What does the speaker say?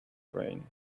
brain